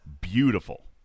beautiful